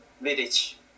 village